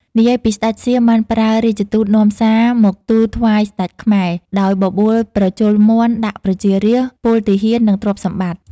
និយាយពីស្ដេចសៀមបានប្រើរាជទូតនាំសារមកទូលថ្វាយស្ដេចខ្មែរ ដោយបបួលប្រជល់មាន់ដាក់ប្រជារាស្ដ្រ ពលទាហាននិងទ្រព្យសម្បត្តិ។